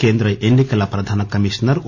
కేంద్ర ఎన్సి కల ప్రధాన కమిషనర్ ఒ